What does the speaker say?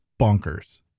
bonkers